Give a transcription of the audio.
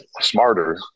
smarter